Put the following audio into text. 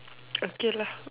okay lah